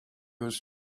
was